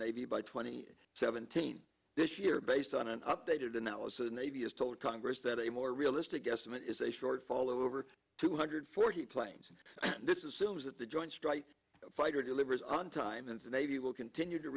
navy by twenty seventeen this year based on an updated analysis of navy as told congress that a more realistic estimate is a shortfall over two hundred forty planes this is assumed that the joint strike fighter delivers on time and the navy will continue to